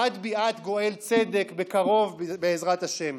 עד ביאת גואל צדק בקרוב, בעזרת השם.